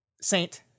Saint